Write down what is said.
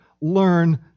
learn